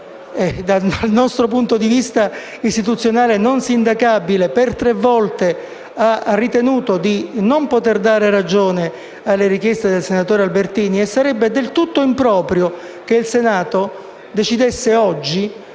dal nostro punto di vista, istituzionale, non sindacabile, per tre volte ha ritenuto di non poter dare ragione alle richieste del senatore Albertini e sarebbe del tutto improprio che il Senato decidesse oggi